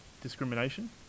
discrimination